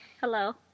hello